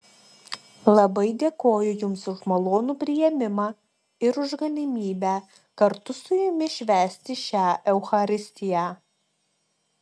labai dėkoju jums už malonų priėmimą ir už galimybę kartu su jumis švęsti šią eucharistiją